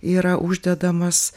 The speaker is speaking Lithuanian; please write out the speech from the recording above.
yra uždedamas